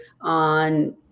on